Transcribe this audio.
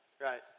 right